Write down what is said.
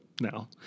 now